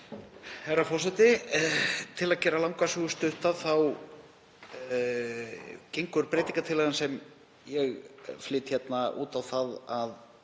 Herra forseti. Til að gera langa sögu stutta þá gengur breytingartillagan sem ég flyt hér út á það að